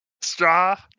straw